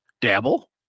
Dabble